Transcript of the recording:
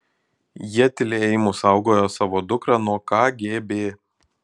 jie tylėjimu saugojo savo dukrą nuo kgb